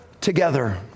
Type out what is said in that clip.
together